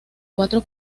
cuatro